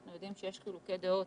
אנחנו יודעים שיש חילוקי דעות